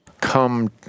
come